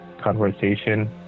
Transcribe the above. Conversation